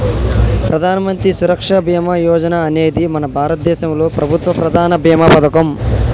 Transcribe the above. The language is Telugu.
ప్రధానమంత్రి సురక్ష బీమా యోజన అనేది మన భారతదేశంలో ప్రభుత్వ ప్రధాన భీమా పథకం